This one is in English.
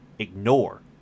ignore